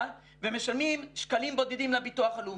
ומשלמים שקלים בודדים לביטוח הלאומי.